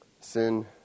sin